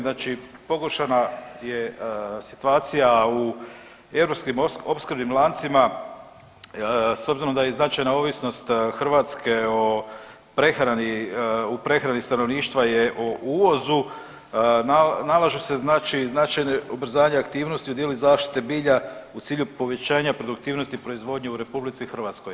Znači pogoršana je situacija u europskim opskrbnim lancima s obzirom da je značajna ovisnost Hrvatske u prehrani stanovništva je u uvozu, nalažu se značajne ubrzanje aktivnosti u dijelu zaštite bilja u cilju povećanja produktivnosti proizvodnje u RH.